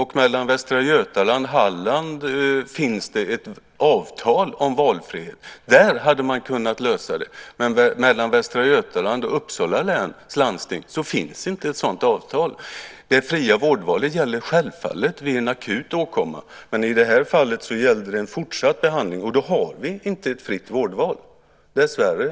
Herr talman! Allra först: Tack så mycket för inbjudan till kulturutskottets debatter. Den ska vi väl kunna hörsamma någon gång. Sedan ett snabbt svar: Nej, Lennart Kollmats, vi ser inga stora problem. Får jag påminna om fritt vårdval till exempel?